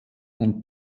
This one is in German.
und